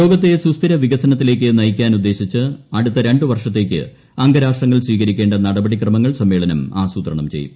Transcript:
ലോകത്തെ സുസ്ഥിരവികസനത്തിലേക്ക് നയിക്കാനുദ്ദേശിച്ച് അടുത്ത രണ്ടു വർഷത്തേക്ക് അംഗരാഷ്ട്രങ്ങൾ സ്വീകരിക്കേണ്ട നടപടിക്രമങ്ങൾ സമ്മേളനം ആസൂത്രണം ചെയ്യും